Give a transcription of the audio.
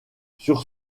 sur